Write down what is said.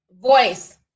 voice